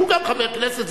שהוא גם חבר כנסת,